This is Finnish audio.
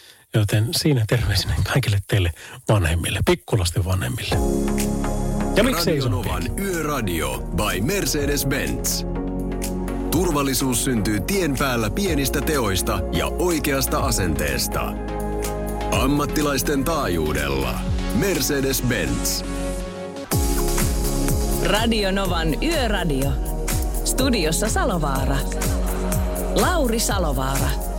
Joten siinä terveisinä kaikille teille vanhemmille, pikkulasten vanhemmille. Ja miksei Radio isompiakin? Novan Yöradio by Mercedes-Benz. Turvallisuus syntyy tien päällä pienistä teoista ja oikeasta asenteesta. Ammattilaisten taajuudella Mercedes-Benz. Radio Novan Yöradio. Studiossa Salovaara. Lauri Salovaara.